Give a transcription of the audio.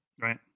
Right